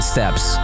Steps